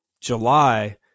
July